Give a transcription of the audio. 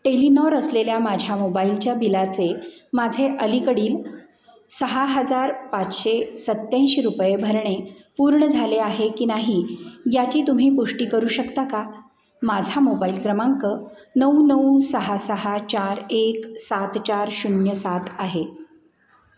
Telenor असलेल्या माझ्या मोबाईलच्या बिलाचे माझे अलीकडील सहा हजार पाचशे सत्त्याऐंशी रुपये भरणे पूर्ण झाले आहे की नाही याची तुम्ही पुष्टी करू शकता का माझा मोबाईल क्रमांक नऊ नऊ सहा सहा चार एक सात चार शून्य सात आहे